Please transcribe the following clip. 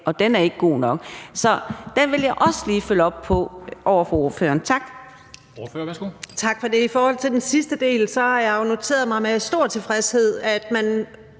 Og den er ikke god nok ...«. Så det vil jeg også lige følge op på over for ordføreren. Tak.